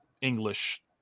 English